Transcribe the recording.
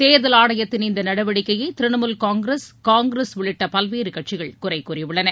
தேர்தல் ஆணையத்தின் இந்த நடவடிக்கையை திரிணாமுல் காங்கிரஸ் காங்கிரஸ் உள்ளிட்ட பல்வேறு கட்சிகள் குறை கூறியுள்ளன